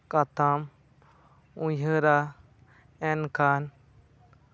ᱠᱟᱛᱷᱟᱢ ᱩᱭᱦᱟᱹᱨᱟ ᱮᱱᱠᱷᱟᱱ